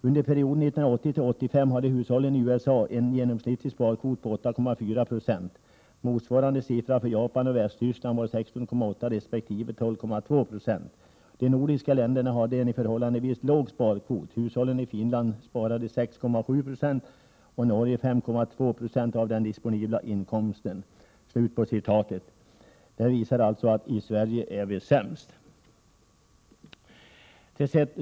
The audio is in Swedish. Under perioden 1980-1985 hade hushållen i USA en genomsnittlig sparkvot på 8,4 procent, motsvarande siffra för Japan och Västtyskland var 16,8 respektive 12,2 procent. De nordiska länderna hade en förhållandevis låg sparkvot — hushållen i Finland sparade 6,7 procent och Norge 5,2 procent av den disponibla inkomsten.” Det här visar alltså att i Sverige är vi sämst.